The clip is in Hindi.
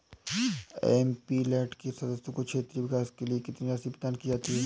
एम.पी.लैंड के सदस्यों को क्षेत्रीय विकास के लिए कितनी राशि प्रदान की जाती है?